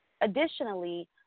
Additionally